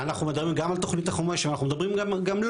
גם על תוכנית החומש וגם על דברים אחרים.